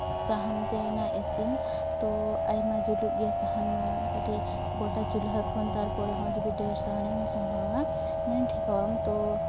ᱥᱟᱦᱟᱱ ᱛᱮ ᱚᱱᱟ ᱤᱥᱤᱱ ᱛᱚ ᱟᱭᱢᱟ ᱡᱩᱞᱩᱜ ᱜᱮᱭᱟ ᱥᱟᱦᱟᱱ ᱢᱟ ᱠᱟᱹᱴᱤᱡ ᱜᱚᱴᱟ ᱛᱩᱞᱦᱟᱹ ᱠᱷᱚᱱ ᱛᱟᱨᱯᱚᱨᱮ ᱦᱚᱸ ᱡᱩᱫᱤ ᱰᱷᱮᱨ ᱥᱟᱦᱟᱱᱮᱢ ᱥᱟᱸᱵᱟᱣᱟ ᱢᱟᱱᱮ ᱴᱷᱮᱠᱟᱣᱟᱢ ᱛᱚ